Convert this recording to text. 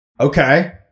Okay